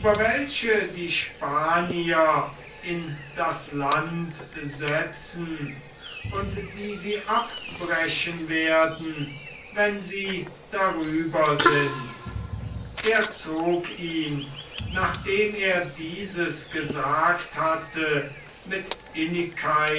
welche die spanier in das land setzen und die sie abbrechen werden wenn sie darüber sind er zog ihn nachdem er dieses gesagt hatte mit innigkeit